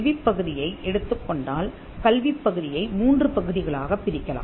கல்விப் பகுதியை எடுத்துக்கொண்டால் கல்விப் பகுதியை மூன்று பகுதிகளாகப் பிரிக்கலாம்